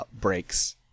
Breaks